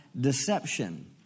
deception